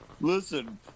listen